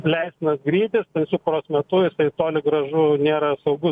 leistinas greitis tamsiu paros metu jisai toli gražu nėra saugu